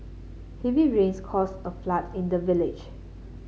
heavy rains caused a flood in the village